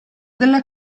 della